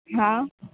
हा